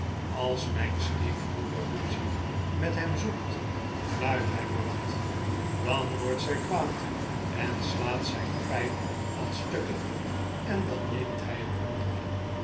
als mijn stiefmoeder ruzie met hem zoekt fluit hij maar wat dan wordt zij kwaad en slaat zijn pijp aan stukken en dan neemt hij een andere